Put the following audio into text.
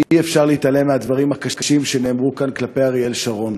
אי-אפשר להתעלם מהדברים הקשים שנאמרו כאן כלפי אריאל שרון.